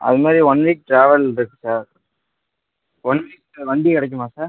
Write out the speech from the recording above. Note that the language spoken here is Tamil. அதுமாதிரி ஒன் வீக் ட்ராவல் இருக்குது சார் ஒன் வீக்கு வண்டி கிடைக்குமா சார்